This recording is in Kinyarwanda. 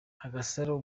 agasaro